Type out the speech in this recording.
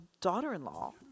daughter-in-law